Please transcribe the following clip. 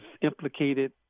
implicated